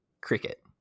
cricket